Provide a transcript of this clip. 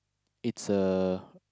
it's a